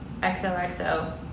XOXO